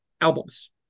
albums